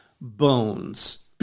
bones